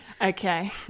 Okay